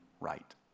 right